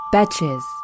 Betches